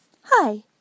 Hi